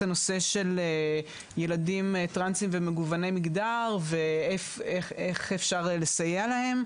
הנושא של ילדים טרנסים ומגווני מגדר ואיך אפשר לסייע להם,